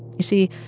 you see,